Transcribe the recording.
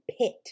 pit